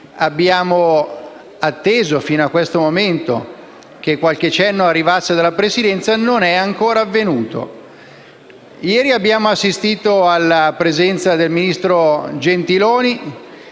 Abbiamo atteso fino a questo momento che qualche cenno arrivasse dalla Presidenza, ma non è ancora avvenuto. Ieri abbiamo assistito alla comunicazione del ministro Gentiloni